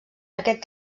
aquest